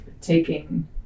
taking